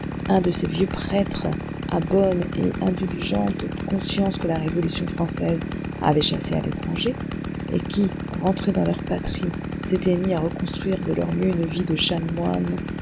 un de ces vieux prêtres à bonne et indulgente conscience que la révolution française avait chassés à l'étranger et qui rentrés dans leur patrie s'étaient mis à reconstruire de leur mieux une vie de